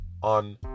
On